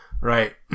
right